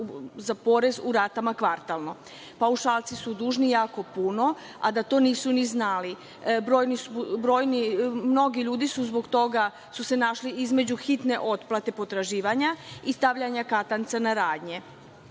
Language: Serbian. za porez u ratama kvartalno? Paušalci su dužni jako puno, a da to nisu ni znali. Mnogi ljudi su se zbog toga našli između hitne otplate potraživanja i stavljanja katanca na radnje.